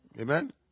Amen